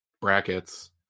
brackets